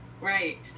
Right